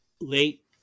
late